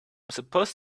supposed